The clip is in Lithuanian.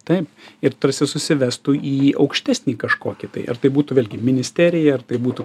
taip ir tarsi susivestų į aukštesnį kažkokį tai ar tai būtų vėlgi ministerija ar tai būtų